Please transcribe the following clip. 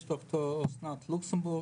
יש אסנת לוקסמבורג,